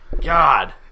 God